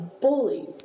bullied